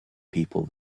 people